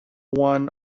one